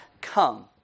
come